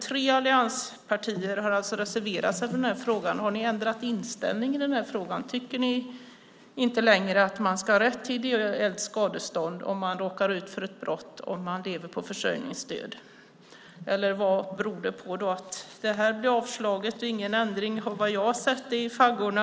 Tre allianspartier reserverade sig alltså i frågan. Har ni ändrat inställning i den här frågan? Tycker ni inte längre att man ska ha rätt till ideellt skadestånd om man råkar ut för ett brott och lever på försörjningsstöd? Vad beror det på att det avstyrks? Det är ingen ändring, vad jag ser, i faggorna.